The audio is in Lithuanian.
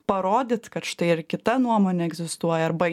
parodyt kad štai ir kita nuomonė egzistuoja arba